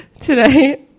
Today